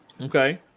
Okay